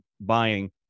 buying